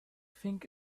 thing